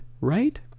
right